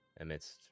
amidst